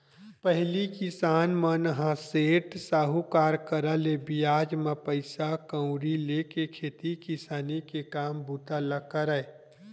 पहिली किसान मन ह सेठ, साहूकार करा ले बियाज म पइसा कउड़ी लेके खेती किसानी के काम बूता ल करय